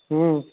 हुँ